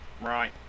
right